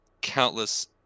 countless